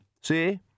See